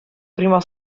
prima